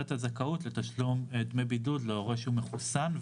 הזכאות לתשלום דמי בידוד להורה שמחוסן,